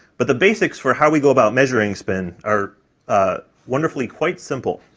but the basics for how we go about measuring spin are wonderfully quite simple.